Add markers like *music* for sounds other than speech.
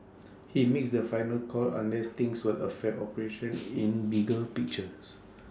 he makes the final call unless things will affect operations *noise* in bigger *noise* pictures